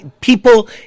people